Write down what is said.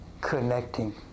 connecting